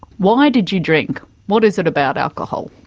why did you drink? what is it about alcohol?